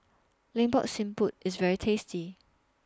Lemak Siput IS very tasty